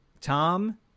Tom